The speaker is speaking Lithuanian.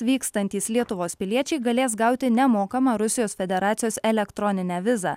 vykstantys lietuvos piliečiai galės gauti nemokamą rusijos federacijos elektroninę vizą